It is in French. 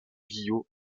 guillou